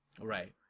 Right